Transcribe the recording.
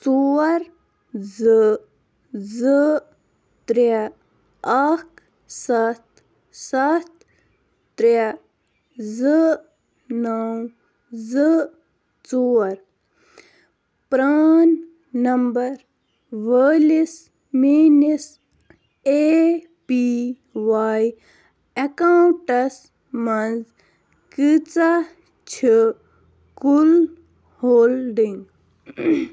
ژور زٕ زٕ ترٛےٚ اَکھ سَتھ سَتھ ترٛےٚ زٕ نَو زٕ ژور پرٛان نمبَر وٲلِس میٛٲنِس اے پی واے اٮ۪کاوُنٛٹَس منٛز کۭژاہ چھِ کُل ہولڈِنٛگ